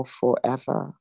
forever